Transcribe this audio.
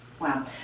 Wow